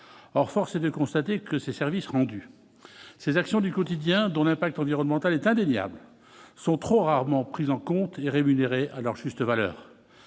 or force est de constater que ces services rendus ces actions du quotidien, dont l'impact environnemental est indéniable sont trop rarement prise en compte et rémunérés à leur juste valeur